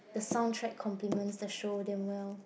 the sound track complements that show them well